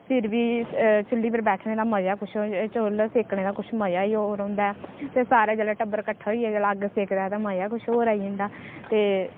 फिर बी चु'ल्ली पर बैठने दा मजा कुछ चु'ल्ल सेकने दा कुछ मजा गै होर होंदा ऐ ते सारा जेल्लै टब्बर कट्ठा होइयै जेल्लै अग्ग सेकदा ऐ ता मजा कुछ होर आई जंदा ते